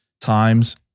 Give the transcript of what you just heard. times